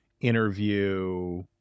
interview